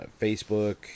Facebook